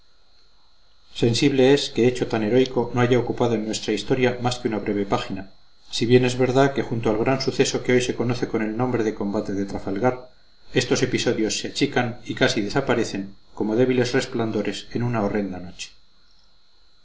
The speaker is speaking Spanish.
sensible es que hecho tan heroico no haya ocupado en nuestra historia más que una breve página si bien es verdad que junto al gran suceso que hoy se conoce con el nombre de combate de trafalgar estos episodios se achican y casi desaparecen como débiles resplandores en una horrenda noche